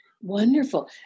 Wonderful